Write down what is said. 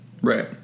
Right